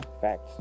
facts